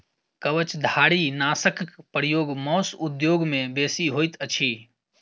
कवचधारीनाशकक प्रयोग मौस उद्योग मे बेसी होइत अछि